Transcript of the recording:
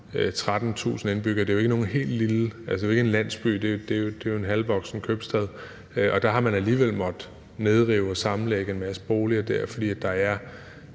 13.000 indbyggere – det er jo ikke nogen landsby; det er jo en halvvoksen købstad – og der har man alligevel måttet nedrive og sammenlægge en masse boliger, fordi der er